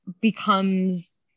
becomes